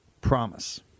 promise